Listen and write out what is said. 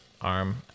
arm